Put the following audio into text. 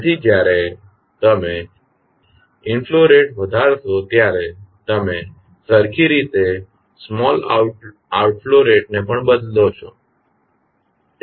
તેથી જ્યારે તમે ઇનફ્લો રેટ વધારશો ત્યારે તમે સરખી રીતે સ્મોલ આઉટફ્લો રેટને પણ બદલો છો